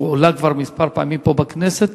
והועלה כבר כמה פעמים פה בכנסת,